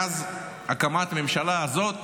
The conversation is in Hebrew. מאז הקמת הממשלה הזאת